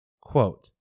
Quote